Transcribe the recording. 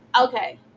Okay